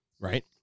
right